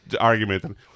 argument